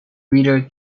reader